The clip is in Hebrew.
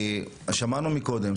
שמענו קודם,